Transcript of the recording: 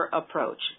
approach